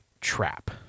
trap